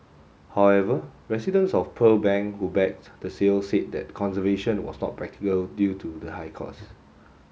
however residents of Pearl Bank who backed the sale said that conservation was not practical due to the high cost